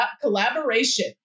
Collaboration